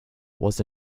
was